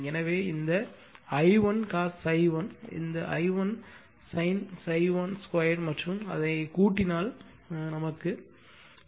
எனவே இந்த I1 cos ∅ 1 இந்த I1sin ∅ 1 2 மற்றும் அதை கூட்டினால் அவ்வாறு செய்தால் I1 43